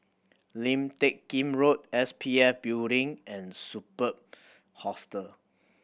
Lim Teck Kim Road S P F Building and Superb Hostel